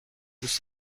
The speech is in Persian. دوست